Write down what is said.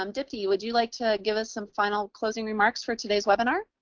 um dipti, would you like to give us some final closing remarks for today's webinar?